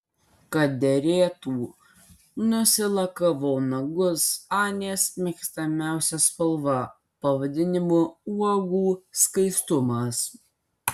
kad derėtų nusilakavau nagus anės mėgstamiausia spalva pavadinimu uogų skaistumas